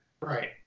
right